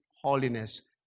holiness